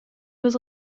was